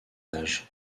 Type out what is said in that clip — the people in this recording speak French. âge